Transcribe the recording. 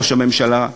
ראש הממשלה,